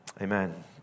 Amen